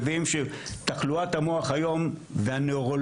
מבינים שתחלואת המוח היום והנוירולוגיה